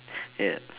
yup